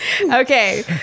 Okay